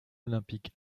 olympique